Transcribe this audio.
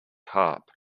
harp